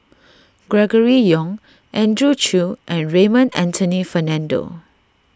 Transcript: Gregory Yong Andrew Chew and Raymond Anthony Fernando